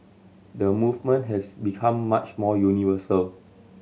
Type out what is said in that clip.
the movement has become much more universal